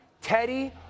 Teddy